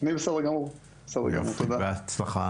אני בסדר גמור, תודה רבה.